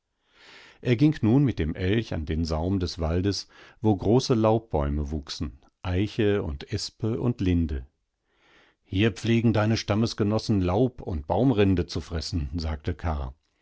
er ging nun mit dem elch an den saum des waldes wo große laubbäume wuchsen eiche und espe und linde hier pflegen deine stammesgenossen laubundbaumrindezufressen sagtekarr